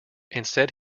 instead